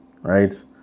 right